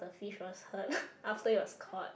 fish was hurt after it was caught